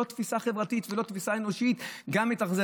לא תפיסה חברתית ולא תפיסה אנושית להתאכזר.